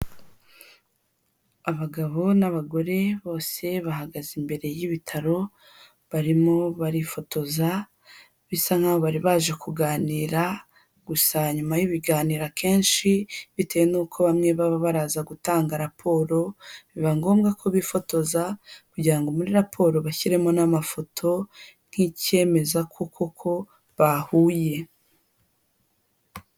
Abagabo n'abagore bose bahagaze imbere y'ibitaro, barimo barifotoza bisa n'aho bari baje kuganira, gusa nyuma y'ibiganiro akenshi bitewe n'uko bamwe baba baraza gutanga raporo, biba ngombwa ko bifotoza, kugira ngo muri raporo bashyiremo n'amafoto nk'icyemeza ko koko bahuye.